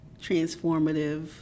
transformative